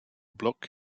block